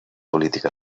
política